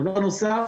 דבר נוסף